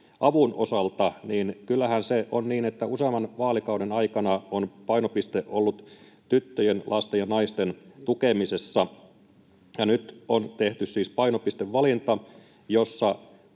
linjassa kehitysavun osalta useamman vaalikauden aikana on painopiste ollut tyttöjen, lasten ja naisten tukemisessa, ja nyt on tehty siis painopistevalinta, jossa